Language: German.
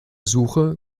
suche